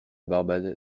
barbade